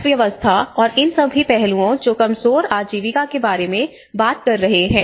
अर्थव्यवस्था और इन सभी पहलुओं जो कमजोर आजीविका के बारे में बात कर रहे हैं